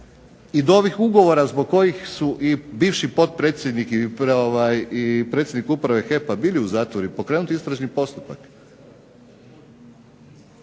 i do ovih ugovora zbog kojih su i bivši potpredsjednik i predsjednik Uprave HEP-a bili u zatvoru i pokrenut istražni postupak,